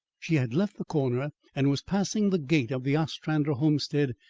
she had left the corner and was passing the gate of the ostrander homestead,